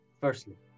Firstly